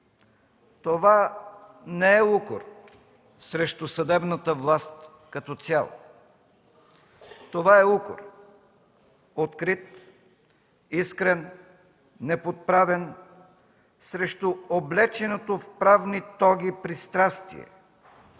Това не е укор срещу съдебната власт като цяло. Това е укор – открит, искрен, неподправен срещу облеченото в правни тоги пристрастие,